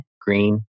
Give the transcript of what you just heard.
Green